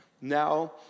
now